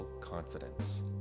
confidence